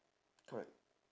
correct